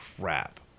crap